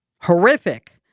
horrific